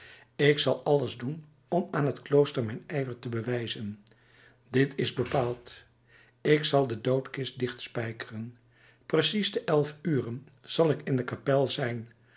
ik zal alles doen om aan het klooster mijn ijver te bewijzen dit is bepaald ik zal de doodkist dicht spijkeren precies te elf uren zal ik in de kapel zijn